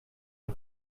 her